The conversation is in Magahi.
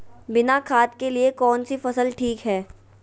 बिना खाद के लिए कौन सी फसल ठीक है?